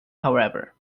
however